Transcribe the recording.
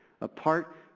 apart